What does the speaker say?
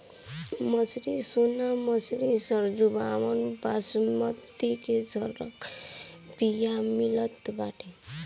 मंसूरी, सोना मंसूरी, सरजूबावन, बॉसमति के संकर बिया मितल बाटे